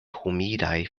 humidaj